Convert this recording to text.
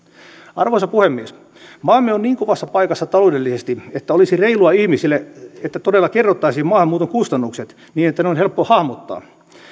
arvoisa puhemies maamme on niin kovassa paikassa taloudellisesti että olisi reilua ihmisille että todella kerrottaisiin maahanmuuton kustannukset niin että ne on helppo hahmottaa